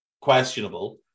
questionable